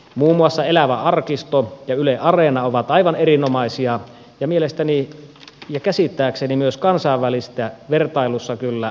muun muassa elävä arkisto ja yle areena ovat aivan erinomaisia ja mielestäni ja käsittääkseni myös kansainvälisessä vertailussa kyllä aivan huippuluokkaa